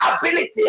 ability